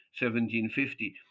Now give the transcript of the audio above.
1750